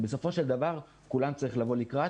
בסופו של דבר כולם צריכים לבוא לקראת.